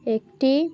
একটি